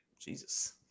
Jesus